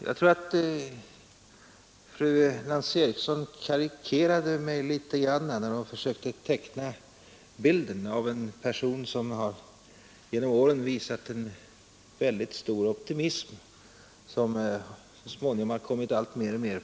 Jag tror emellertid att fru Nancy Eriksson karikerade mig litet grand när hon försökte teckna bilden av en person som genom åren har visat väldigt stor optimism vilken så småningom kommit alltmer på skam.